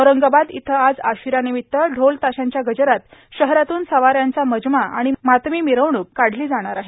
औरंगाबाद इथं आज आशु यानिमित्त ढोल ताश्यांच्या गजरात शहरातून सवाऱ्यांचा मजमा आणि मातमी मिरवणूक काढली जाणार आहे